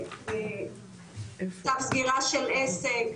לצו סגירה של עסק,